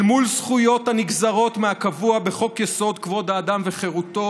אל מול זכויות הנגזרות מהקבוע בחוק-יסוד: כבוד האדם וחירותו